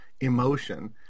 emotion